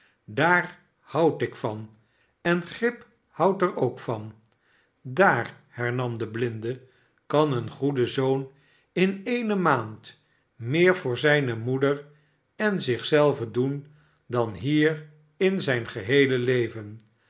daar houd ik van en grip houdt er ook van sdaar hernam de blinde kan een goeie zoon in eene maand meer voor zijne moeder en zich zelven doen dan hier in zijn geheele leven